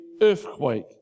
earthquake